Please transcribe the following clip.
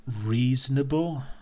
reasonable